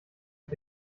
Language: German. mit